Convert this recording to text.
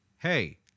Hey